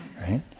right